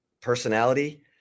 personality